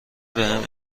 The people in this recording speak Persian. بهم